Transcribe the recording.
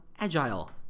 agile